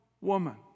woman